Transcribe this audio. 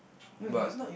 but